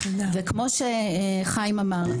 כפי שחיים ביבס אמר,